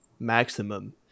maximum